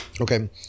Okay